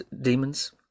demons